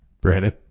Brandon